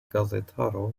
gazetaro